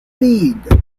feed